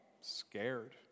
scared